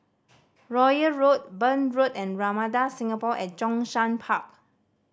Royal Road Burn Road and Ramada Singapore at Zhongshan Park